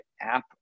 app